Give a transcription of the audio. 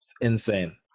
Insane